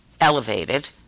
elevated